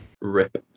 Rip